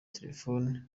telefoni